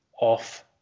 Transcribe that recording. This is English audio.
off